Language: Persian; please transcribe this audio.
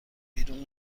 بیرون